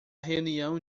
reunião